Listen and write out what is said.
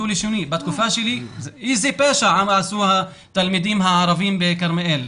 איזה פשע עשו התלמידים הערבים בכרמיאל?